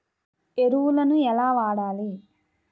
ఎరువులను ఎలా వాడాలి?